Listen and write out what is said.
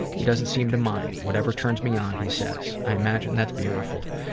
he doesn't seem to mind. whatever turns me on, he says. i imagine that's beautiful.